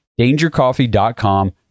DangerCoffee.com